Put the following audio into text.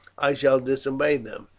i shall disobey them,